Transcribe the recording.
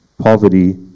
poverty